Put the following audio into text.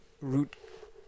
root